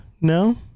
No